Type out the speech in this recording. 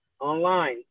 online